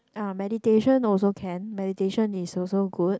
ya meditation also can meditation is also good